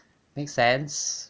makes sense